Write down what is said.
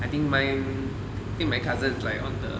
I think mine I think my cousin is like on the